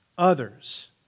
others